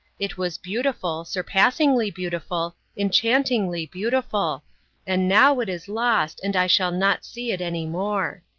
it was beautiful, surpassingly beautiful, enchantingly beautiful and now it is lost, and i shall not see it any more.